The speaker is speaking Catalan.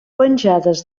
penjades